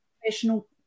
professional